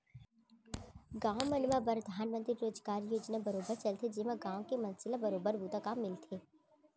गाँव मन म परधानमंतरी रोजगार योजना बरोबर चलथे जेमा गाँव के मनसे ल बरोबर बूता काम मिलथे